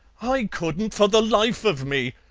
i couldn't for the life of me!